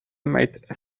made